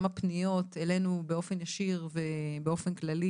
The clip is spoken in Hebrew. גם הפניות אלינו באופן ישיר וכללי,